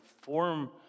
form